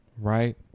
right